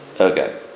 Okay